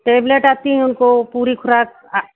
tablet आती हैं उनको पूरी ख़ुराक आ